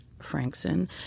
frankson